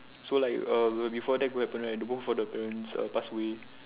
so like err before that to happen right the both of the parents err passed away